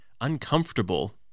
uncomfortable